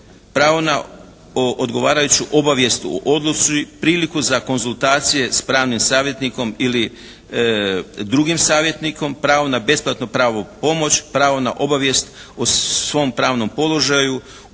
Pravo na odgovarajuću obavijest o odluci, priliku za konzultacije s pravnim savjetnikom ili drugim savjetnikom. Pravo na besplatnu pravnu pomoć, pravo na obavijest o svom pravnom položaju